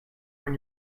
when